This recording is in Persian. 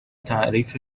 تعریف